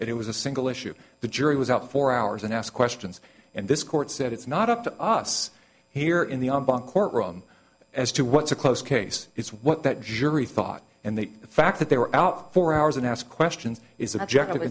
it was a single issue the jury was out for hours and asked questions and this court said it's not up to us here in the courtroom as to what's a close case is what that jury thought and the fact that they were out for hours and ask questions is